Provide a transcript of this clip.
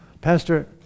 Pastor